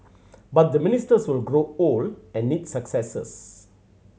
but the ministers will grow old and need successors